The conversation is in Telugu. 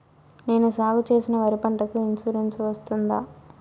నేను సాగు చేసిన వరి పంటకు ఇన్సూరెన్సు వస్తుందా?